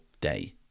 day